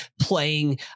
playing